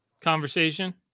conversation